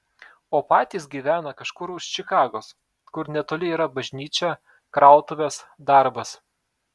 o patys gyvena kažkur už čikagos kur netoli yra bažnyčia krautuvės darbas